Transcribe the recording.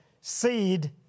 seed